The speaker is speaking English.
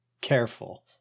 careful